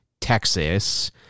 Texas